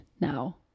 now